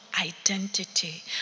identity